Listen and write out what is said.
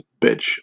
bitch